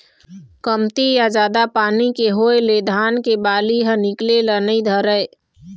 कमती या जादा पानी के होए ले धान के बाली ह निकले ल नइ धरय